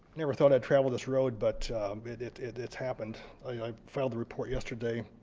never thought i'd travel this road, but but it's happened. i filed the report yesterday.